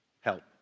Help